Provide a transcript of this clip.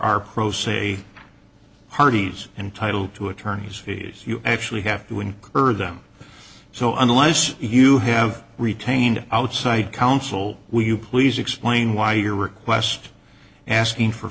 are pro se parties and title to attorneys fees you actually have to incur them so unless you have retained outside counsel will you please explain why your request asking for